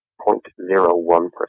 0.01